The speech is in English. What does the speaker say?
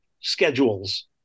schedules